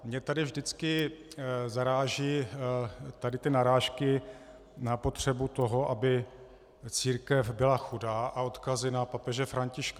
Mě tady vždycky zarážejí ty narážky na potřebu toho, aby církev byla chudá, a odkazy na papeže Františka.